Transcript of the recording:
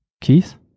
Keith